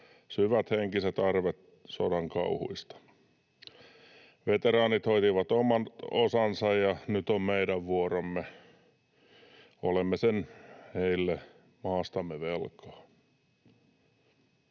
syvät henkiset arvet sodan kauhuista. Veteraanit hoitivat oman osansa, ja nyt on meidän vuoromme. Olemme sen heille maastamme velkaa.